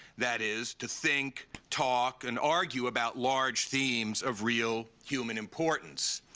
that is to think, talk, and argue about large themes of real human importance.